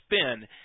spin